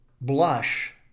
blush